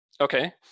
Okay